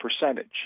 percentage